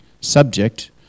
subject